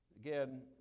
Again